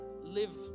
live